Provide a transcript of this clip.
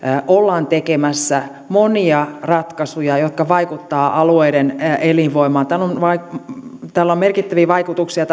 ollaan tekemässä monia ratkaisuja jotka vaikuttavat alueiden elinvoimaan tällä käräjäoikeusverkoston karsimisella on merkittäviä vaikutuksia